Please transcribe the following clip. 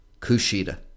Kushida